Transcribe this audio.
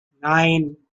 nine